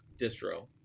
distro